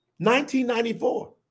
1994